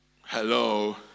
Hello